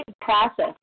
process